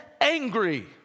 angry